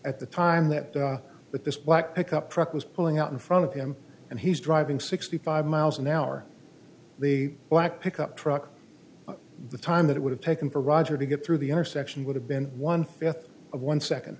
at the time that that this black pickup truck was pulling out in front of him and he's driving sixty five miles an hour the black pickup truck the time that it would have taken for roger to get through the intersection would have been one death of one second